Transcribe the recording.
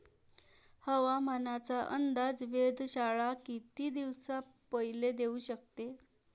हवामानाचा अंदाज वेधशाळा किती दिवसा पयले देऊ शकते?